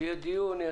יהיה דיון.